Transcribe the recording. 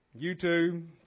YouTube